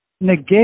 negate